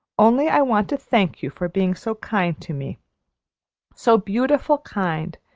only i want to thank you for being so kind to me so beautiful kind,